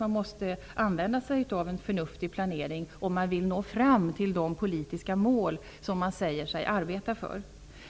Man måste använda sig av en förnuftig planering om man vill uppnå de politiska mål som man säger sig arbeta för.